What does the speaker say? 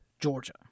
Georgia